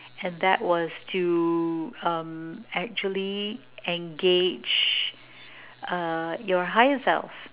and that was to uh actually engage uh your higher self